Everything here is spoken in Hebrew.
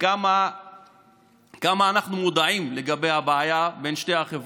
כמה אנחנו מודעים לבעיה בין שתי החברות,